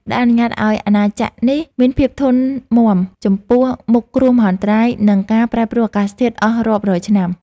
ដែលអនុញ្ញាតឱ្យអាណាចក្រនេះមានភាពធន់មាំចំពោះមុខគ្រោះមហន្តរាយ និងការប្រែប្រួលអាកាសធាតុអស់រាប់រយឆ្នាំ។